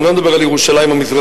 אני לא מדבר על ירושלים המזרחית,